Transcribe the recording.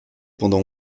pendant